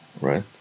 right